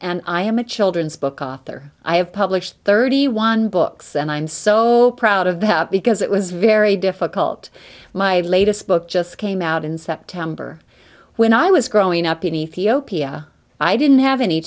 and i am a children's book author i have published thirty one books and i'm so proud of that because it was very difficult my latest book just came out in september when i was growing up in ethiopia i didn't have any